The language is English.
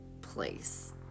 place